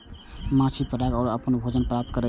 माछी पराग सं अपन भोजन प्राप्त करै छै